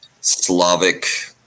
Slavic